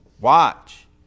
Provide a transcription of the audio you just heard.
watch